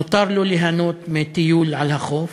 מותר לו ליהנות מטיול על החוף.